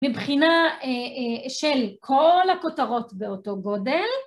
מבחינה של כל הכותרות באותו גודל.